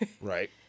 right